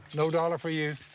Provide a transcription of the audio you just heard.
no dollar for you.